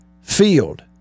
Field